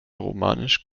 romanisch